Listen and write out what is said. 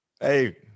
Hey